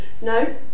No